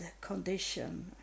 condition